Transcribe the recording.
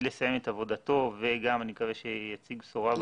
לסיים את עבודתו ואני מקווה שגם יציג בשורה.